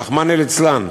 רחמנא ליצלן.